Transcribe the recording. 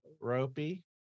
ropey